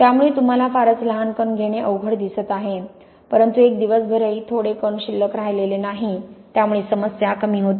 त्यामुळे तुम्हाला फारच लहान कण घेणे अवघड दिसत आहे परंतु एक दिवसभरही थोडे कण शिल्लक राहिलेले नाही त्यामुळे समस्या कमी होते